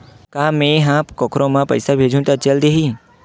का मै ह कोखरो म पईसा भेजहु त चल देही?